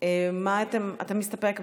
אתה מסתפק בזה,